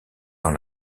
dans